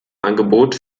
angebot